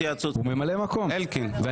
הוא ממלא מקום, מה זה לא חבר?